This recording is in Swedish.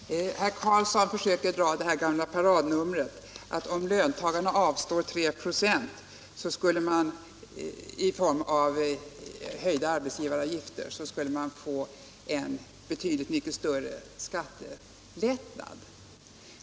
Herr talman! Herr Karlsson i Huskvarna försökte dra det gamla paradnumret, att om löntagarna avstår 3 26 i form av höjda arbetsgivaravgifter skulle de få en betydligt större skattelättnad.